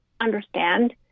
understand